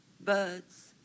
birds